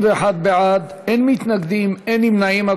31 בעד, אין מתנגדים, אין נמנעים.